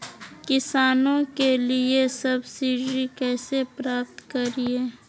किसानों के लिए सब्सिडी कैसे प्राप्त करिये?